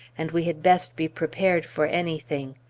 and we had best be prepared for anything.